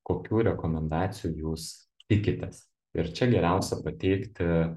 kokių rekomendacijų jūs tikitės ir čia geriausia pateikti